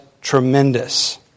tremendous